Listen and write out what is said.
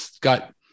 got